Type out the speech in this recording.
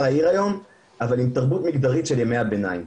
העיר היום אבל עם תרבות מגדרית של ימי הביניים,